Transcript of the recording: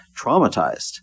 traumatized